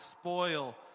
spoil